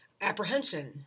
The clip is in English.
apprehension